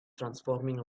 transforming